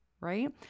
right